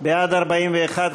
אי-אמון בממשלה לא נתקבלה.